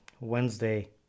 Wednesday